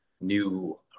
new